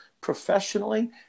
professionally